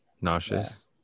Nauseous